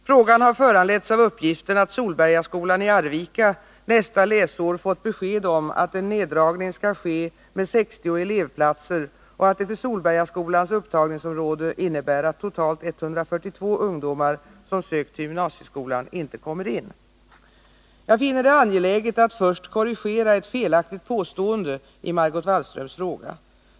Frågan har föranletts av uppgiften att Solbergaskolan i Arvika fått besked om att en neddragning skall ske nästa läsår med 60 elevplatser och att det för Solbergaskolans upptagningsområde innebär att totalt 142 ungdomar som sökt till gymnasieskolan inte kommer in. Jag finner det angeläget att först korrigera ett felaktigt påstående i Margot Wallströms fråga.